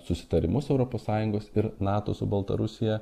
susitarimus europos sąjungos ir nato su baltarusija